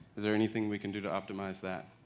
is there anything we can do to optimize that?